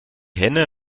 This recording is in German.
henne